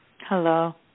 Hello